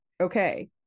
okay